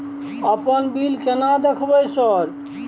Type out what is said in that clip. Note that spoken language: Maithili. अपन बिल केना देखबय सर?